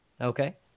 Okay